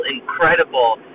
incredible